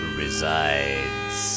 resides